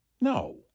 No